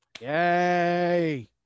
Yay